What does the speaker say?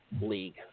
league